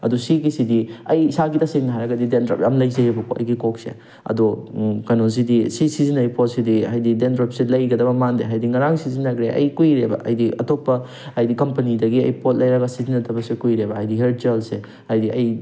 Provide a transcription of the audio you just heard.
ꯑꯗꯨ ꯁꯤꯒꯤꯁꯤꯗꯤ ꯑꯩ ꯏꯁꯥꯒꯤ ꯇꯁꯦꯡꯅ ꯍꯥꯏꯔꯒꯗꯤ ꯗ꯭ꯔꯦꯟꯗ꯭ꯔꯞ ꯌꯥꯝꯅ ꯂꯩꯖꯩꯑꯕꯀꯣ ꯑꯩꯒꯤ ꯀꯣꯛꯁꯦ ꯑꯗꯣ ꯀꯩꯅꯣ ꯁꯤꯗꯤ ꯁꯤ ꯁꯤꯖꯤꯟꯅꯔꯤ ꯄꯣꯠꯁꯤꯗꯤ ꯍꯥꯏꯗꯤ ꯗ꯭ꯔꯦꯟꯗ꯭ꯔꯞꯁꯦ ꯂꯩꯒꯗꯕ ꯃꯥꯟꯗꯦ ꯍꯥꯏꯗꯤ ꯉꯔꯥꯡ ꯁꯤꯖꯟꯅꯈ꯭ꯔꯦ ꯑꯩ ꯀꯨꯏꯔꯦꯕ ꯍꯥꯏꯗꯤ ꯑꯇꯣꯞꯄ ꯍꯥꯏꯗꯤ ꯀꯝꯄꯅꯤꯗꯒꯤ ꯑꯩ ꯄꯣꯠ ꯂꯩꯔ ꯁꯤꯖꯟꯅꯗꯕꯁꯨ ꯀꯨꯏꯔꯦꯕ ꯍꯥꯏꯗꯤ ꯍꯤꯌꯔ ꯖꯦꯜꯁꯦ ꯍꯥꯏꯗꯤ ꯑꯩ